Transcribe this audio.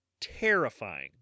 terrifying